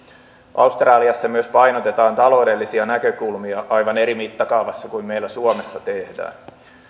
australiassa myös painotetaan taloudellisia näkökulmia aivan eri mittakaavassa kuin meillä suomessa tehdään